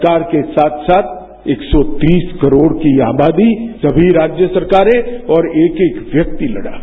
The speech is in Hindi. सरकार के साथ साथ एक सौ तीस करोड़ की यह आबादी समी राज्य सरकारें और एक एक व्यक्ति लड़ा है